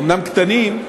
אומנם קטנים,